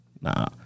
Nah